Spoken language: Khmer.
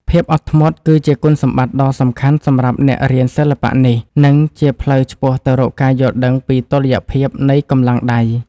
ភាពអត់ធ្មត់ គឺជាគុណសម្បត្តិដ៏សំខាន់សម្រាប់អ្នករៀនសិល្បៈនេះ និងជាផ្លូវឆ្ពោះទៅរកការយល់ដឹងពីតុល្យភាពនៃកម្លាំងដៃ។